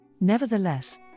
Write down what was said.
Nevertheless